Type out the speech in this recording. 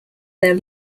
their